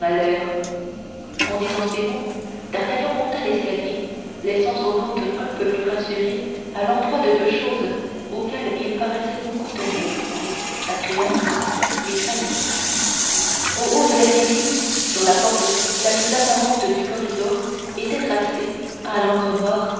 en disant ces mots d'artagnan monta l'escalier laissant son hôte un peu plus rassuré à l'endroit de deux choses auxquelles il paraissait beaucoup tenir sa créance et sa vie au haut de l'escalier sur la porte la plus apparente du corridor était tracé à l'encre noire